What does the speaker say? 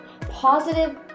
positive